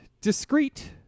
discrete